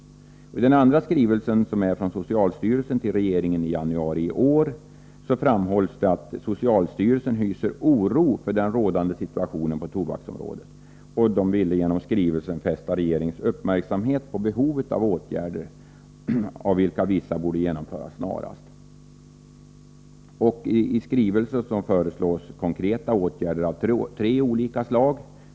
I den andra skrivelsen, som är lämnad från socialstyrelsen till regeringen i januari i år, framhålls att socialstyrelsen hyser oro för den rådande situationen på tobaksområdet. Man vill genom skrivelsen fästa regeringens uppmärksamhet på behovet av åtgärder, och vissa av dessa borde genomföras snarast. I skrivelsen föreslås konkreta åtgärder av tre olika slag.